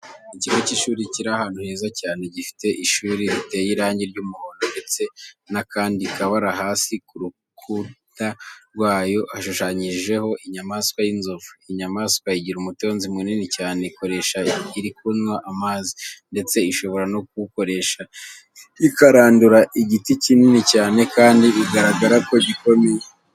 Ikigo cy'ishuri kiri ahantu heza cyane, gifite ishuri riteye irangi ry'umuhondo ndetse n'akandi kabara hasi, ku rukunda rwaryo hashushanyijeho inyamaswa y'inzovu. Iyi nyamaswa igira umutonzi munini cyane ikoresha iri kunywa amazi, ndetse ishobora no kuwukoresha ikarandura igiti kinini cyane, kandi bigaragara ko gikomeye.